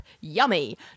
yummy